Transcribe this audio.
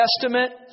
Testament